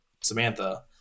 Samantha